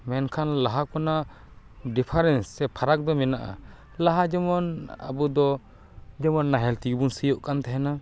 ᱢᱮᱱᱠᱷᱟᱱ ᱞᱟᱦᱟ ᱠᱷᱚᱱᱟᱜ ᱰᱤᱯᱷᱟᱨᱮᱱᱥ ᱥᱮ ᱯᱷᱟᱨᱟᱠ ᱫᱚ ᱢᱮᱱᱟᱜᱼᱟ ᱞᱟᱦᱟ ᱡᱮᱢᱚᱱ ᱟᱵᱚ ᱫᱚ ᱡᱮᱢᱚᱱ ᱱᱟᱦᱮᱞ ᱛᱮᱜᱮ ᱵᱚᱱ ᱥᱤᱭᱳᱜ ᱠᱟᱱ ᱛᱟᱦᱮᱸᱱᱟ